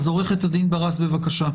למרות שיש הרבה מה לומר, אני אנסה לקצר.